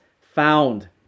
found